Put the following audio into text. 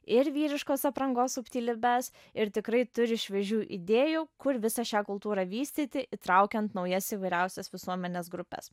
ir vyriškos aprangos subtilybes ir tikrai turi šviežių idėjų kur visą šią kultūrą vystyti įtraukiant naujas įvairiausias visuomenės grupes